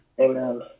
Amen